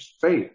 faith